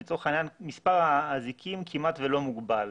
לצורך העניין, מספר האזיקים כמעט ולא מוגבל.